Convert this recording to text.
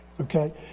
Okay